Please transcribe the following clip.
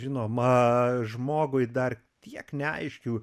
žinoma žmogui dar tiek neaiškių